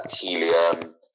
Helium